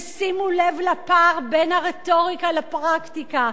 ושימו לב לפער בין הרטוריקה לפרקטיקה.